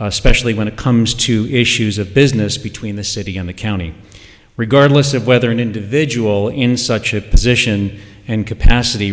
especially when it comes to issues of business between the city and the county regardless of whether an individual in such a position and capacity